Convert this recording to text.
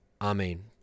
Amen